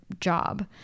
job